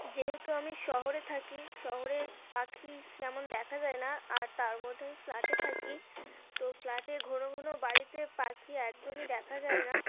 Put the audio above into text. যেহেতু আমি শহরে থাকি শহরে পাখি তেমন দেখা যায় না আর তার মধ্যে আমি ফ্ল্যাটে থাকি তো ফ্ল্যাটে ঘন ঘন বাড়িতে পাখি একদমই দেখা যায় না